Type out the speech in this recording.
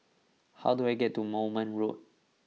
how do I get to Moulmein Road